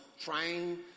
trying